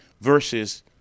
versus